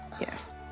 yes